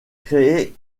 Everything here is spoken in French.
créé